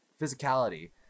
physicality